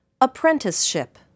Apprenticeship